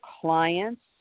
clients